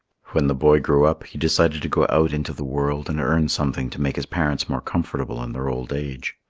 when the boy grew up, he decided to go out into the world and earn something to make his parents more comfortable in their old age.